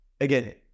again